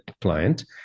client